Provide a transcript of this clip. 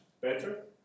better